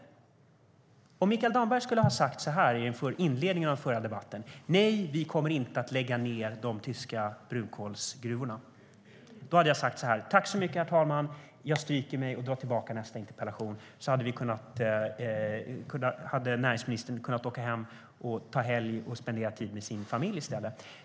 Tänk om Mikael Damberg skulle ha sagt så här i inledningen av den förra debatten: Nej, vi kommer inte att lägga ned de tyska brunkolsgruvorna! Då hade jag sagt så här: Tack, herr talman! Jag stryker mig och drar tillbaka nästa interpellation. Då hade näringsministern kunnat åka hem, ta helg och spendera tid med sin familj i stället.